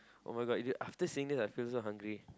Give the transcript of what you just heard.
[oh]-my-god you know after seeing this I feel so hungry